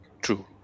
true